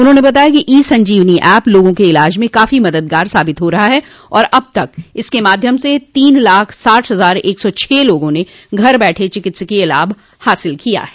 उन्होंने बताया कि ई संजीवनी एप लोगों के इलाज में काफी मददगार साबित हो रहा है और अब तक इसके माध्यम से तीन लाख साठ हजार एक सौ छह लोगों ने घर बैठे चिकित्सकीय लाभ हासिल किया है